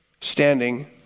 standing